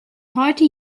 heute